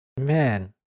man